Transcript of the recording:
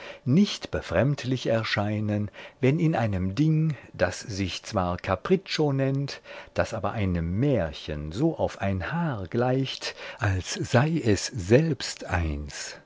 nicht befremdlich erscheinen wenn in einem ding das sich zwar capriccio nennt das aber einem märchen so auf ein haar gleicht als sei es selbst eins